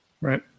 right